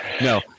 No